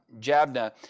Jabna